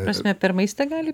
prasme per maistą gali